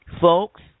Folks